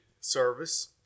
service